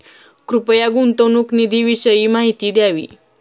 कृपया गुंतवणूक निधीविषयी माहिती द्यावी